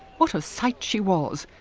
what a sight she was,